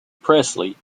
presley